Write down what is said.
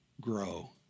Grow